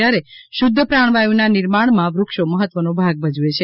ત્યારે શુધ્ધ પ્રાણવાયુના નિર્માણમાં વૃક્ષો મહત્વનો ભાગ ભજવે છે